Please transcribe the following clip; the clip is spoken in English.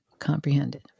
Comprehended